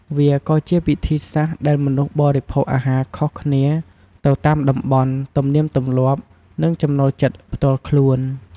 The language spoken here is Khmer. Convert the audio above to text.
វាក៏ជាវិធីសាស្ត្រដែលមនុស្សបរិភោគអាហារខុសគ្នាទៅតាមតំបន់ ទំនៀមទម្លាប់ និងចំណូលចិត្តផ្ទាល់ខ្លួន។